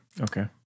Okay